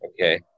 Okay